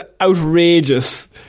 outrageous